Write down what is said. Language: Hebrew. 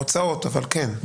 הוצאות אבל כן.